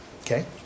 Okay